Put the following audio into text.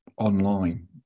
online